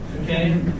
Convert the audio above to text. Okay